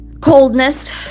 coldness